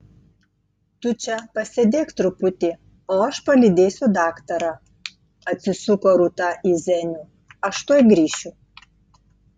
tu čia pasėdėk truputį o aš palydėsiu daktarą atsisuko rūta į zenių aš tuoj grįšiu